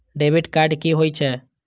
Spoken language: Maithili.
डेबिट कार्ड कि होई छै?